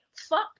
fuck